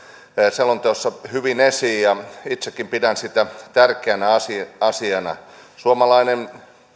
selonteossa hyvin esiin ja itsekin pidän sitä tärkeänä asiana suomalainen